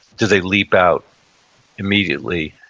do they leap out immediately?